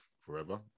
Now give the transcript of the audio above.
forever